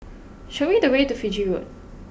show me the way to Fiji Road